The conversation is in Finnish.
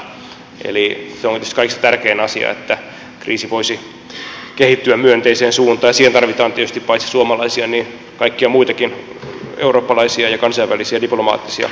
se on tietysti kaikista tärkein asia että kriisi voisi kehittyä myönteiseen suuntaan ja siihen tarvitaan tietysti paitsi suomalaisia myös kaikkia muitakin eurooppalaisia ja kansainvälisiä diplomaattisia ponnisteluja